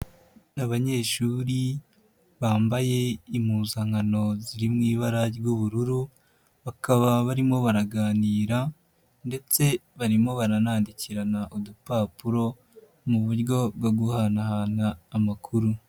Abanyeshuri bambaye impuzankano ziri mu ibara ry'ubururu, bakaba barimo baraganira ndetse barimo baranandikirana udupapuro mu buryo bwo guhanahana amakuru.